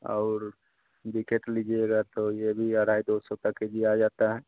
और बिकेट लीजिएगा तो यह भी आ रहा है दो सौ का के जी आ जाता है